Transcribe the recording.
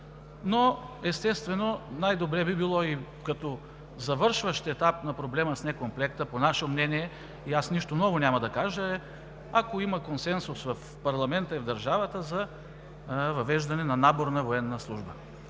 по наше мнение най-добре би било като завършващ етап на проблема с некомплекта и аз нищо ново няма да кажа – ако има консенсус в парламента и в държавата, въвеждане на наборна военна служба.